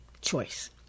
choice